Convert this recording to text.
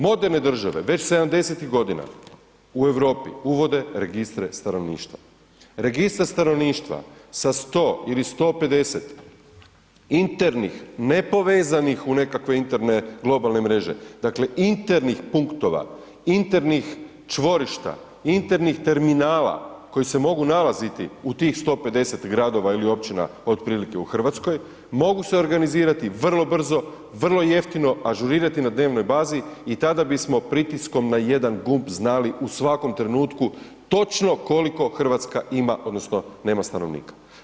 Moderne države već '70.-tih godina u Europi uvode registre stanovništva, registar stanovništva sa 100 ili 150 internih nepovezanih u nekakve interne globalne mreže, dakle internih punktova, internih čvorišta, internih terminala koji se mogu nalaziti u tih 150 gradova ili općina otprilike u RH, mogu se organizirati vrlo brzo, vrlo jeftino, ažurirati na dnevnoj bazi i tada bismo pritiskom na jedan gumb znali u svakom trenutku točno koliko RH ima odnosno nema stanovnika.